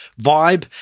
vibe